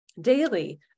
daily